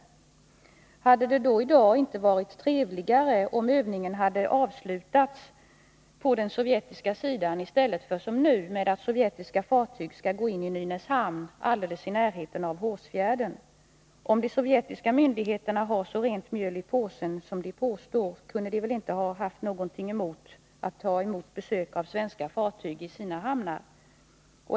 Skulle det då i dag inte ha varit trevligare om övningen hade avslutats på den sovjetiska sidan i stället för att, som nu, med att sovjetiska fartyg skall gå in i Nynäshamn, alldeles i närheten av Hårsfjärden? Om de sovjetiska myndigheterna har så rent mjöl i påsen som de påstår kunde de väl inte ha haft någonting emot besök av svenska fartyg i sina hamnar.